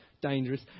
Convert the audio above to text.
dangerous